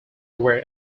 were